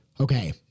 Okay